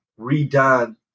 redone